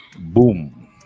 Boom